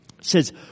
says